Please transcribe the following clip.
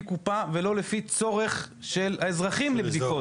קופה ולא לפי צורך של האזרחים לבדיקות?